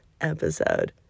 episode